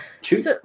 Two